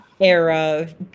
era